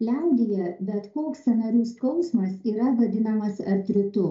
liaudyje bet koks sąnarių skausmas yra vadinamas artritu